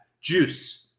juice